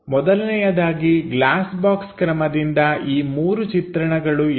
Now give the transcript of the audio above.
ಮೊದಲನೆಯದಾಗಿ glass box ಕ್ರಮದಿಂದ ಈ ಮೂರು ಚಿತ್ರಣಗಳು ಇವೆ